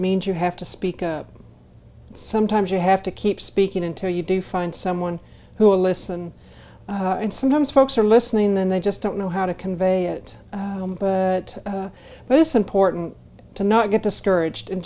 means you have to speak up sometimes you have to keep speaking until you do find someone who will listen and sometimes folks are listening then they just don't know how to convey it but it's important to not get discouraged and